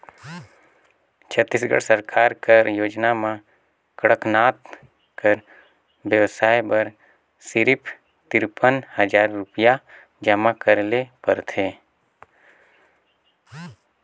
छत्तीसगढ़ सरकार कर योजना में कड़कनाथ कर बेवसाय बर सिरिफ तिरपन हजार रुपिया जमा करे ले परथे